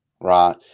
Right